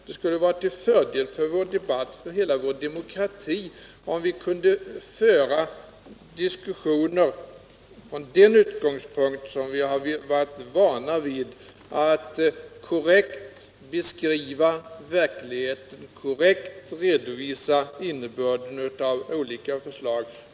Det vore till fördel för vår debatt och för hela vår demokrati, om vi kunde föra diskussionen från den utgångspunkt som vi har varit vana vid: att korrekt beskriva verkligheten och korrekt redovisa innebörden av olika förslag.